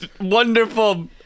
wonderful